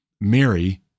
Mary